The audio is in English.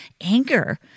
anger